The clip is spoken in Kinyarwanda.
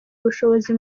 ubushobozi